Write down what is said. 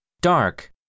Dark